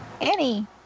Annie